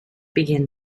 began